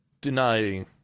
denying